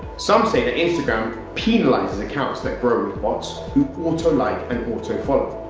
some say that instagram penalises accounts that grow with bots who auto-like and auto-follow.